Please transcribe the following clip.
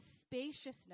spaciousness